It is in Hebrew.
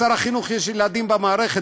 לשר החינוך יש ילדים במערכת,